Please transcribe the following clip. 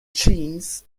cheese